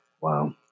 Wow